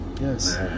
Yes